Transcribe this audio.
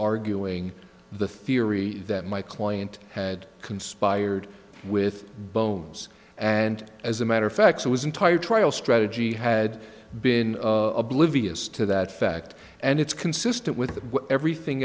arguing the theory that my client had conspired with bones and as a matter of fact so his entire trial strategy had been oblivious to that fact and it's consistent with everything